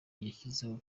yashyizeho